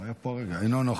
הוא היה פה הרגע, אינו נוכח.